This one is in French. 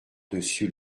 dessus